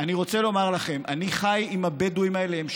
אני רוצה לומר לכם, אני חי עם הבדואים האלה.